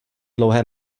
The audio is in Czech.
dlouhé